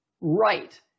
Right